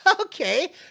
okay